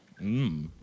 Mmm